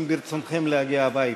אם ברצונכם להגיע הביתה.